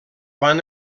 van